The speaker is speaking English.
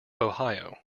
ohio